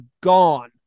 gone